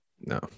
no